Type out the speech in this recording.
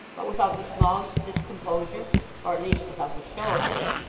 but without the smallest discomposure or at least without the show of any.